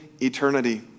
eternity